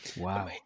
wow